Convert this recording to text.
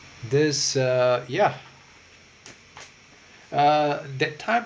this uh ya uh that time